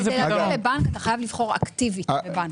את צריכה לבחור אקטיבית בבנק.